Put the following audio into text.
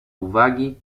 uwagi